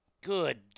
Good